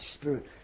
Spirit